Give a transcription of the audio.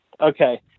okay